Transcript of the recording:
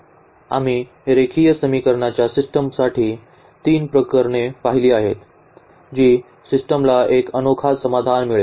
आम्ही रेखीय समीकरणांच्या सिस्टमसाठी 3 प्रकरणे पाहिली आहेत जी सिस्टमला एक अनोखा समाधान मिळेल